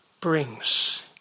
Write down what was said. brings